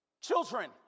children